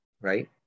right